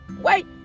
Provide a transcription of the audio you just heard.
Wait